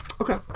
Okay